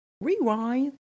rewind